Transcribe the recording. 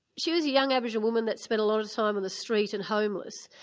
she is a young aboriginal woman that's spent a lot of time on the street and homeless,